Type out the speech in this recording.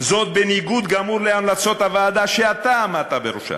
זאת בניגוד גמור להמלצות הוועדה שאתה עמדת בראשה: